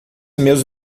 meus